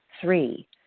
Three